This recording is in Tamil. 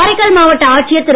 காரைக்கால் மாவட்ட ஆட்சியர் திரு